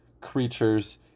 Creatures